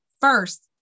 first